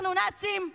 אנחנו נאצים?